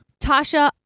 tasha